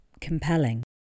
compelling